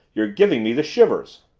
you're giving me the shivers!